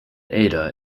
ada